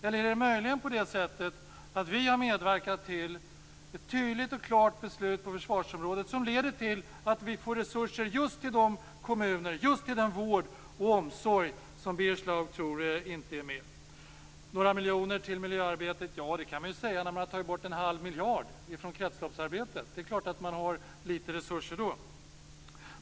Eller är det möjligen på det sättet att vi har medverkat till ett tydligt och klart beslut på försvarsområdet som leder till att vi får resurser just till de kommuner och just till den vård och omsorg som Birger Schlaug tror inte är med? Man kan tala om några miljoner till miljöarbetet när man har tagit bort en halv miljard från kretsloppsarbetet. Det är klart att man har lite resurser då.